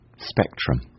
Spectrum